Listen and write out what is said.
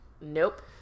Nope